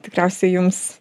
tikriausiai jums